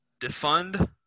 defund